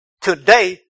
today